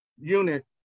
unit